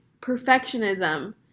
perfectionism